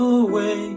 away